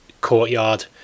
courtyard